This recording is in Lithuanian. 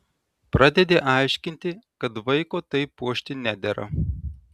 pradedi aiškinti kad vaiko taip puošti nedera